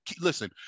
listen